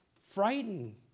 frightened